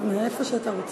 מאיפה שאתה רוצה.